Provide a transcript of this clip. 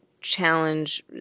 challenge